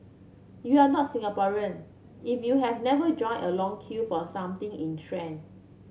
you are not Singaporean if you have never joined a long queue for a something in trend